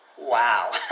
Wow